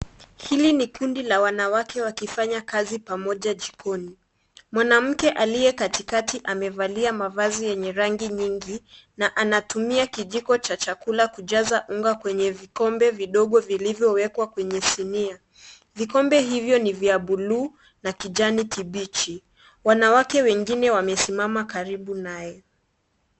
Hili ni kundi la wanawake wakifanya kazi pamoja jikoni. Mwanamke aliye katikati amevalia mavazi yenye rangi nyingi, na anatumia kijiko cha chakula kujaza unga kwenye vikombe vidogo vilivyowekwa kwenye sinia. Vikombe hivyo ni vya bluu na kijani kibichi. Wanawake wengine wamesimama karibu naye.